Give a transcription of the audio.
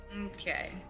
Okay